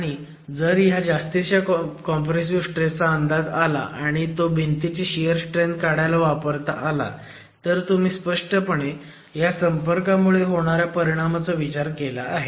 आणि जर ह्या जास्तीच्या कॉम्प्रेसिव्ह स्ट्रेस चा अंदाज आला आणि तो भिंतीची शियर स्ट्रेंथ काढायला वापरता आला तर तुम्ही स्पष्टपणे ह्या संपर्कामुळे होणाऱ्या परिणामाचा विचार केला आहे